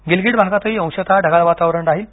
गिलगीट भागातही अंशतः ढगाळ वातावरण राहील